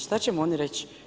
Šta će mu oni reć?